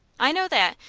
i know that,